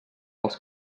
els